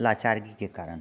लाचारगीके कारण हुए